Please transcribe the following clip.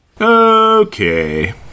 Okay